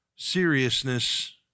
seriousness